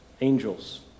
angels